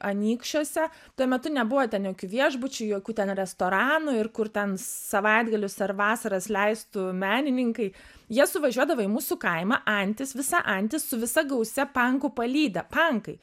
anykščiuose tuo metu nebuvo ten jokių viešbučių jokių ten restoranų ir kur ten savaitgalius ar vasaras leistų menininkai jie suvažiuodavo į mūsų kaimą antis visa antis su visa gausia pankų palyda pankai